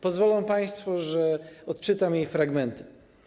Pozwolą państwo, że odczytam jej fragmenty.